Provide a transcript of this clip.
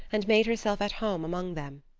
and made herself at home among them.